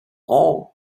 war